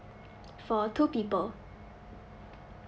for two people